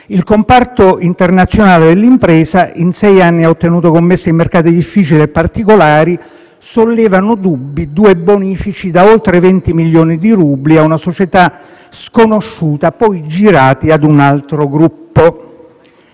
il comparto internazionale dell'impresa ha ottenuto in sei anni commesse in mercati difficili e particolari e che sollevano dubbi due bonifici da oltre 20 milioni di rubli a una società sconosciuta, poi girati a un altro gruppo.